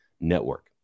Network